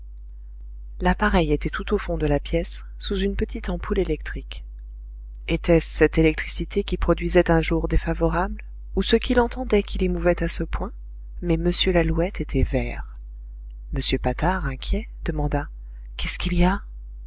l'appareil était tout au fond de la pièce sous une petite ampoule électrique était-ce cette électricité qui produisait un jour défavorable ou ce qu'il entendait qui l'émouvait à ce point mais m lalouette était vert m patard inquiet demanda qu'est-ce qu'il y a